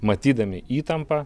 matydami įtampą